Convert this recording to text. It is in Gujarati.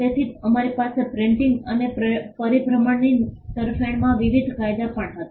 તેથી અમારી પાસે પ્રિન્ટિંગ અને પરિભ્રમણની તરફેણમાં વિવિધ કાયદા પણ હતા